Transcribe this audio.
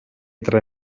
tre